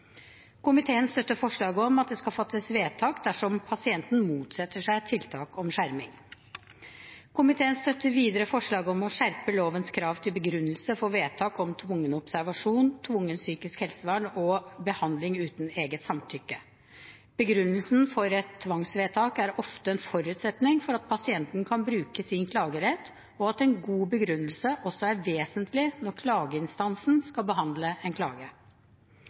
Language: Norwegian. Komiteen støtter forslaget om at det skal fattes vedtak dersom pasienten motsetter seg tiltak om skjerming. Komiteen støtter videre forslaget om å skjerpe lovens krav til begrunnelse for vedtak om tvungen observasjon, tvungent psykisk helsevern og behandling uten eget samtykke. Begrunnelsen for et tvangsvedtak er ofte en forutsetning for at pasienten kan bruke sin klagerett, og en god begrunnelse er også vesentlig når klageinstansen skal behandle en klage.